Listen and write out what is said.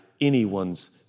anyone's